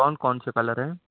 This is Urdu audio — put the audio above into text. کون کون سے کلر ہیں